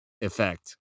effect